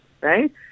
Right